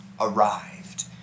arrived